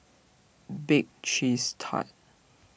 Bake Cheese Tart